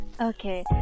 okay